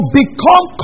become